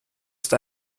ist